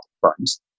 firms